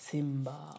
Simba